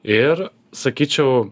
ir sakyčiau